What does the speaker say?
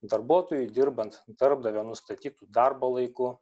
darbuotojui dirbant darbdavio nustatytu darbo laiku